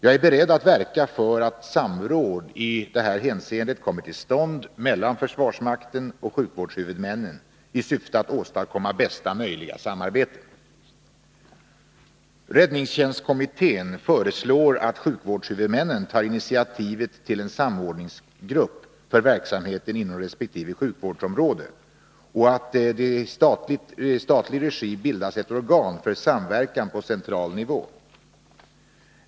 Jag är beredd att verka för att samråd i detta hänseende kommer till stånd mellan försvarsmakten och sjukvårdshuvudmännen i syfte att åstadkomma bästa möjliga samarbete. Räddningstjänstkommittén föreslår att sjukvårdshuvudmännen tar initiativet till en samordningsgrupp för verksamheten inom resp. sjukvårdsområde och att det i statlig regi bildas ett organ för samverkan på central nivå.